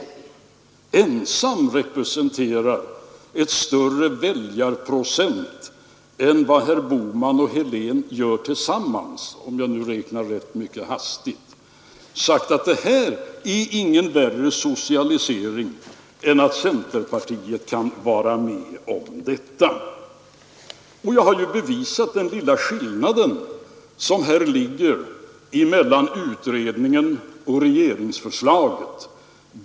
m. ensamt representerar en större väljarprocent än vad herr Bohman och herr Helén gör tillsammans, om jag nu räknar rätt mycket hastigt, sagt, att det här är ingen värre socialisering än att centerpartiet kan vara med om detta. Jag har bevisat den lilla skillnad som ligger mellan utredningens förslag och regeringsförslaget.